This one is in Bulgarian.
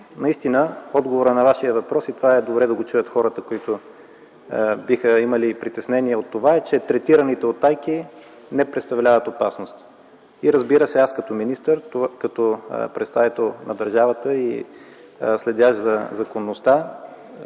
наистина добре е отговорът на Вашия въпрос да чуят хората, които биха имали притеснение, че третираните утайки не представляват опасност. И, разбира се, аз, като министър, като представител на държавата и следящ за законността,